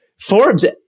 Forbes